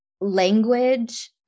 language